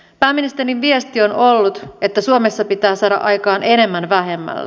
pääministerin viesti on ollut että suomessa pitää saada aikaan enemmän vähemmällä